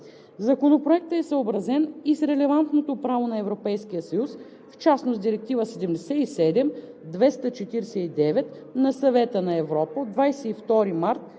Законопроектът е съобразен и с релевантното право на Европейския съюз, в частност Директива 77/249 на Съвета на Европа от 22 март